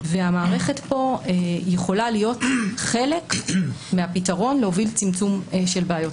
והמערכת פה יכולה להיות חלק מהפתרון להוביל צמצום של בעיות